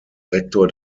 rektor